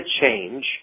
change